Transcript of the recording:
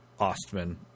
Ostman